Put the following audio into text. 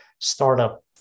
startup